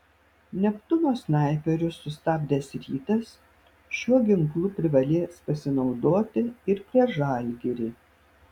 neptūno snaiperius sustabdęs rytas šiuo ginklu privalės pasinaudoti ir prieš žalgirį